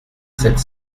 sept